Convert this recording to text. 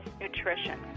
nutrition